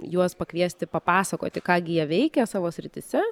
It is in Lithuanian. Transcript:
juos pakviesti papasakoti ką gi jie veikia savo srityse